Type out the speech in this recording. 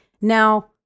now